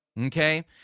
okay